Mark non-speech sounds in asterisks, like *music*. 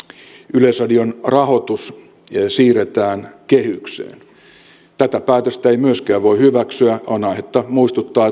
yleisradion rahoitus siirretään kehykseen tätä päätöstä ei myöskään voi hyväksyä on aihetta muistuttaa *unintelligible*